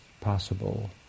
possible